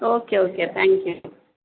okay okay thank you